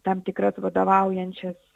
tam tikras vadovaujančias